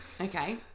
okay